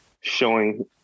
showing